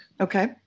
Okay